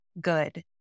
good